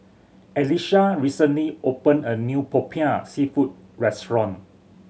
Elisha recently opened a new Popiah Seafood restaurant